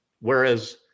whereas